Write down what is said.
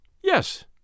Yes